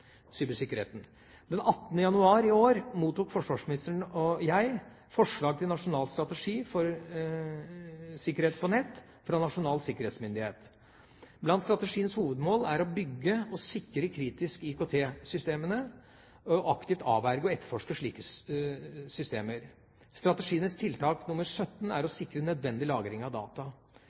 Den 18. januar i år mottok forsvarsministeren og jeg forslaget til nasjonal strategi for sikkerhet på nett fra Nasjonal sikkerhetsmyndighet. Blant strategiens hovedmål er å bygge og sikre kritiske IKT-systemer og aktivt avverge og etterforske hendelser. Strategiens tiltak nr. 17 er å sikre nødvendig lagring av data.